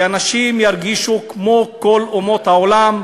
שאנשים ירגישו כמו כל אומות העולם,